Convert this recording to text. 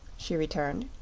she returned.